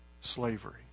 Slavery